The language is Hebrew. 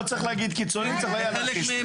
לא צריך להגיד קיצונים, צריך להגיד אנרכיסטים.